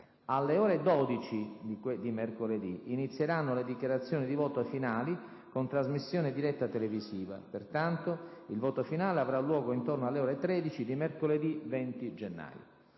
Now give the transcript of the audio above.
Alle ore 12 di mercoledì inizieranno le dichiarazioni di voto finali con trasmissione diretta televisiva. Pertanto, il voto finale avrà luogo intorno alle ore 13 di mercoledì 20 gennaio.